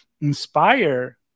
inspire